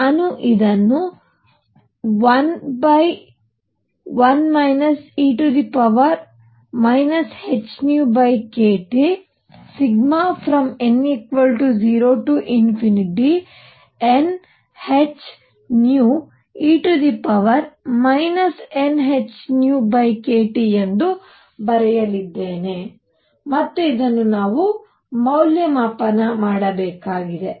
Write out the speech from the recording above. ನಾನು ಇದನ್ನು 11 e hνkTn0nhνe nhνkT ಎಂದು ಬರೆಯಲಿದ್ದೇನೆ ಮತ್ತು ಇದನ್ನು ನಾವು ಮೌಲ್ಯಮಾಪನ ಮಾಡಬೇಕಾಗಿದೆ